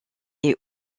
est